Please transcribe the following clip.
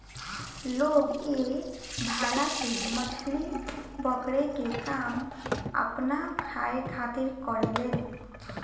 लोग ए भाला से मछली पकड़े के काम आपना खाए खातिर करेलेन